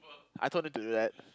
I told him to do that